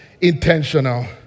intentional